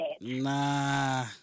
Nah